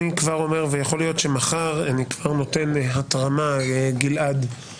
אני שמעתי הרצאה שלמה של סגן נשיא בית המשפט העליון של הולנד,